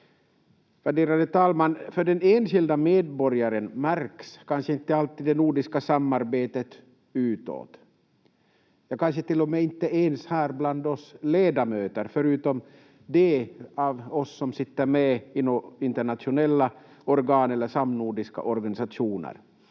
Värderade talman! För den enskilda medborgaren märks kanske inte alltid det nordiska samarbetet utåt, ja, kanske till och med inte ens här bland oss ledamöter, förutom för dem av oss som sitter med i internationella organ eller samnordiska organisationer.